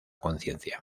conciencia